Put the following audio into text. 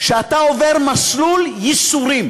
שאתה עובר מסלול ייסורים.